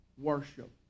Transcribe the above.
worship